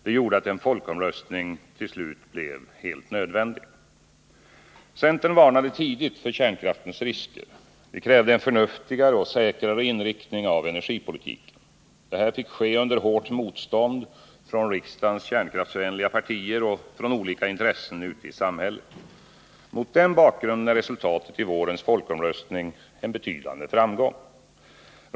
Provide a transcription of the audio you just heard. Det gjorde att en folkomröstning till slut blev nödvändig. Centern varnade tidigt för kärnkraftens risker. Vi krävde en förnuftigare och säkrare inriktning av energipolitiken. Det fick ske under hårt motstånd från riksdagens kärnkraftsvänliga partier och från olika intressen ute i samhället. Mot den bakgrunden är resultatet i vårens folkomröstning en betydande framgång.